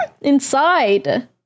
Inside